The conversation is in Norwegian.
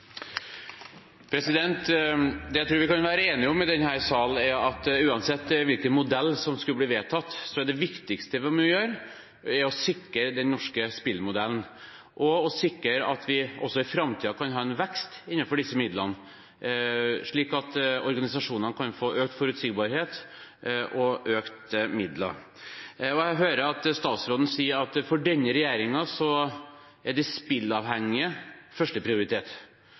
at uansett hvilken modell som skulle bli vedtatt, er det viktigste vi må gjøre, å sikre den norske spillmodellen og sikre at vi også i framtiden kan ha en vekst innenfor disse midlene, slik at organisasjonene kan få økt forutsigbarhet og økte midler. Jeg hører at statsråden sier at det for denne regjeringen er de spilleavhengige som er førsteprioritet. Da undrer det meg hvorfor statsrådens parti stemmer imot samtlige av de